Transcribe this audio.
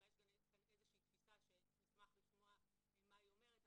אולי יש כאן איזה שהיא תפיסה שנשמח לשמוע מה היא אומרת.